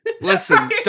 Listen